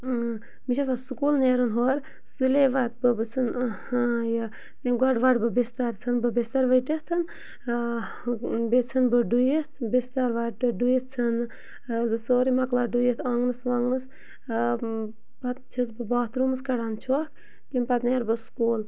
مےٚ چھ آسان سکوٗل نیرُن ہورٕ سُلے وَتھٕ بہٕ بہٕ ژھٕنہٕ یہِ تٔمۍ گۄڈٕ وَٹہٕ بہٕ بِستَر ژھٕنہٕ بہٕ بِستَر ؤٹِتھ بیٚیہِ ژھٕنہٕ بہٕ ڈُوِتھ بِستَر وَٹہٕ ڈُوِتھ ژھٕنہٕ بہٕ سورُے مۄکلاو ڈُوِتھ آنٛگنَس وانٛگنَس پَتہٕ چھَس بہٕ باتھ روٗمَس کَڑان چھۄکھ تمہِ پَتہٕ نیرٕ بہٕ سکوٗل